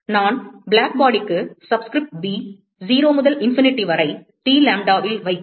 நான் பிளாக் பாடிக்கு subscript b 0 முதல் இன்ஃபினிட்டி வரை டி லாம்டாவில் வைத்தேன்